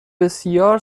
بسیار